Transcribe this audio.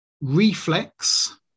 Reflex